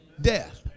Death